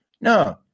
No